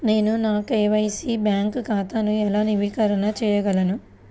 నేను నా KYC bank ఖాతాను ఎలా నవీకరణ చేయగలను?